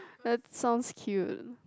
that sounds cute